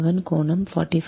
7 கோணம் 45